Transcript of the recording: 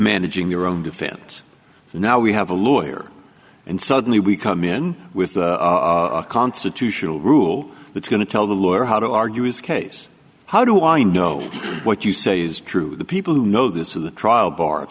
managing their own defense and now we have a lawyer and suddenly we come in with a constitutional rule that's going to tell the lawyer how to argue his case how do i know what you say is true the people who know this of the trial bar if